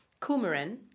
coumarin